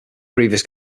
previous